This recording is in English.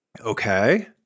Okay